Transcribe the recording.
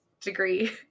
degree